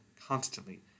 constantly